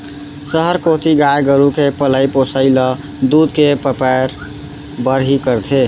सहर कोती गाय गरू के पलई पोसई ल दूद के बैपार बर ही करथे